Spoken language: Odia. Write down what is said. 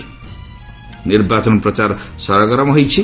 ନିର୍ବାଚନ ପ୍ରଚାର ସରଗରମ ହୋଇଛି